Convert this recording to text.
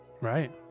Right